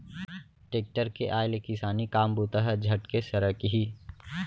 tractor के आय ले किसानी काम बूता ह झटके सरकही